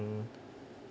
an